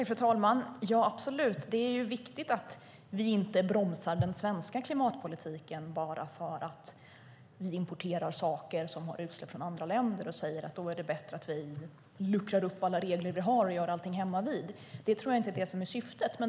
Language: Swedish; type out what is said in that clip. Fru talman! Ja, absolut! Det är viktigt att vi inte bromsar den svenska klimatpolitiken bara för att vi importerar saker som innebär utsläpp i andra länder och säger att det är bättre att luckra upp alla regler och göra allt hemmavid. Det är inte syftet.